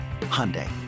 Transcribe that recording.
Hyundai